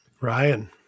Ryan